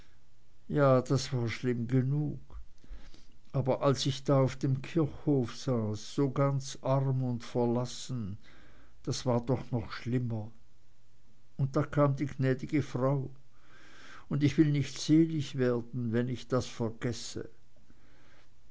ja das war schlimm genug aber als ich da auf dem kirchhof saß so ganz arm und verlassen das war doch noch schlimmer und da kam die gnädige frau und ich will nicht selig werden wenn ich das vergesse